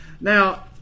Now